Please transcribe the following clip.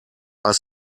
are